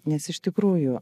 nes iš tikrųjų